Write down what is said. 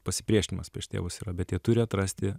pasipriešinimas prieš tėvus yra bet jie turi atrasti